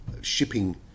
shipping